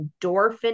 endorphin